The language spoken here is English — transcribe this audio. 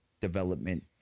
development